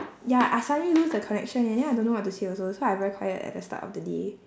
ya I suddenly lose the connection and then I don't know what to say also so I very quiet at the start of the day